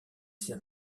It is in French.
sert